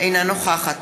אינה נוכחת